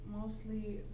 mostly